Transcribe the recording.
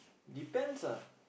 depends ah